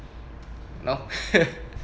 you know